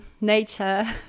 Nature